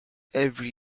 every